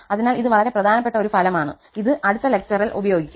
അതിനാൽ ഇത് വളരെ പ്രധാനപ്പെട്ട ഒരു ഫലമാണ് ഇത് അടുത്ത പ്രഭാഷണത്തിൽ ഉപയോഗിക്കും